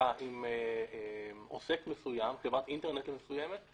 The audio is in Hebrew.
עסקה עם עוסק מסוים, עם חברת אינטרנט מסוימת,